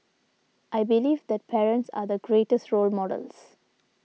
I believe that parents are the greatest role models